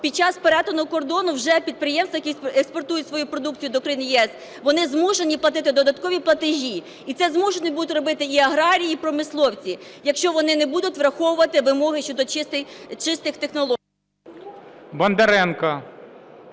під час перетину кордону вже підприємства, які експортують свою продукцію до країн ЄС, вони змушені платити додаткові платежі. І це змушені будуть робити і аграрії, і промисловці, якщо вони не будуть враховувати вимоги щодо чистих технологій.